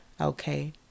Okay